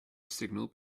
signal